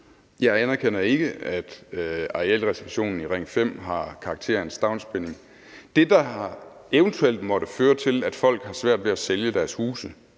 Jeg anerkender ikke, at arealreservationen i Ring 5 har karakter af en stavnsbinding. Det, der eventuelt måtte føre til, at folk har svært ved at sælge deres huse